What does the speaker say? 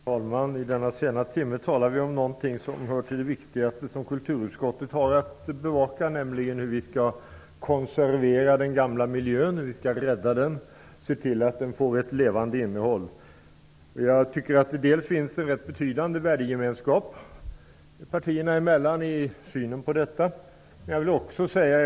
Herr talman! I denna sena timme talar vi om någonting som tillhör det viktigaste som kulturutskottet har att bevaka, nämligen hur vi skall konservera den gamla miljön, rädda den, se till att den får ett levande innehåll. Jag tycker att det finns en betydande värdegemenskap partierna emellan i synen på frågan.